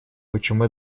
почему